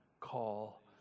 call